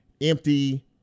empty